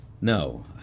No